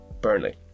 Burnley